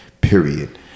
period